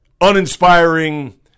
uninspiring